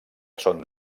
són